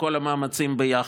בכל המאמצים ביחד.